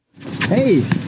Hey